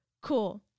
cool